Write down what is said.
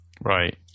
Right